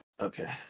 Okay